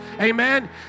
Amen